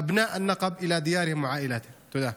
בני הנגב לבתיהם ולמשפחותיהם.) תודה.